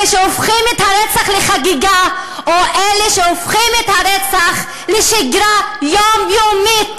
אלה שהופכים את הרצח לחגיגה או אלה שהופכים את הרצח לשגרה יומיומית,